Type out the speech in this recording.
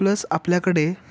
plus आपल्याकडे